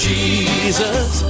Jesus